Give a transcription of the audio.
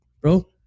bro